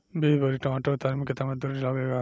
बीस बोरी टमाटर उतारे मे केतना मजदुरी लगेगा?